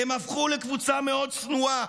"הם הפכו לקבוצה מאוד שנואה,